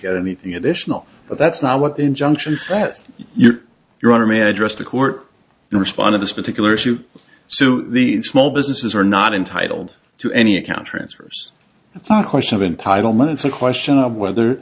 get anything additional but that's not what the injunction sets your honor man addressed the court respond to this particular issue so the small businesses are not entitled to any account transfers it's not a question of entitlement it's a question of whether